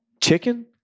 chicken